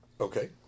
Okay